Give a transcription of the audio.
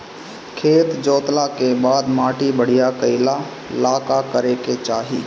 खेत जोतला के बाद माटी बढ़िया कइला ला का करे के चाही?